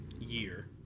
year